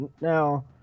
Now